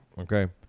okay